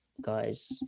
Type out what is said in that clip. guys